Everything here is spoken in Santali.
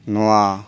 ᱱᱚᱣᱟ